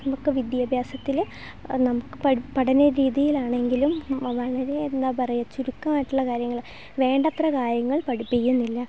നമുക്ക് വിദ്യാഭ്യാസത്തിൽ നമുക്ക് പഠനരീതിയിലാണെങ്കിലും വളരെ എന്താ പറയുക ചുരുക്കമായിട്ടുള്ള കാര്യങ്ങൾ വേണ്ടത്ര കാര്യങ്ങൾ പഠിപ്പിക്കുന്നില്ല